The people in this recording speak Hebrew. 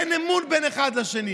ואין אמון בין אחד לשני,